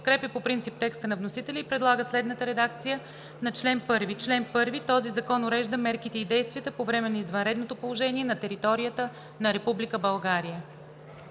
подкрепя по принцип текста на вносителя и предлага следната редакция на чл. 1: „Чл. 1. Този закон урежда мерките и действията по време на извънредното положение на територията на Република